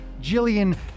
Jillian